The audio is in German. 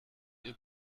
ihr